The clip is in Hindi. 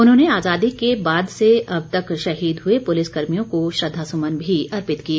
उन्होंनें आज़ादी के बाद से अब तक शहीद हुए पुलिस कर्मियों को श्रद्वासुमन भी अर्पित किए